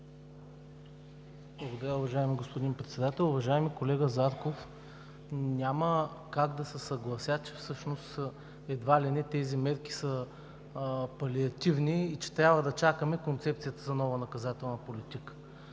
Благодаря, уважаеми господин Председател. Уважаеми колега Зарков, няма как да се съглася, че всъщност едва ли не тези мерки са палиативни и че трябва да чакаме концепцията за нова наказателна политика.